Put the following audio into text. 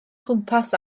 chwmpas